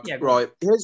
right